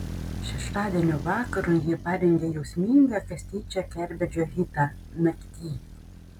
šeštadienio vakarui jie parengė jausmingą kastyčio kerbedžio hitą nakty